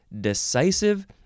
decisive